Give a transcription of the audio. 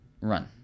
Run